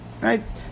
right